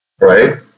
right